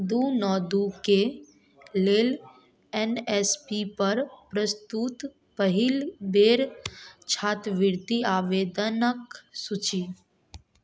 दू नओ दू के लेल एन एस पी पर प्रस्तुत पहिल बेर छात्रवृति आवेदनक सूची